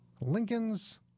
Lincoln's